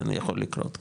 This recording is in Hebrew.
יכול לקרות,